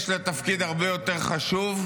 יש לה תפקיד הרבה יותר חשוב,